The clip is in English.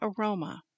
aroma